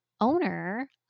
owner